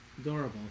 adorable